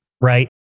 right